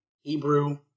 Hebrew